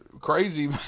crazy